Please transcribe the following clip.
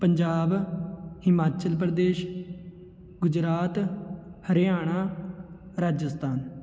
Punjab Himachal Pradesh Gujarat Haryana Rajasthan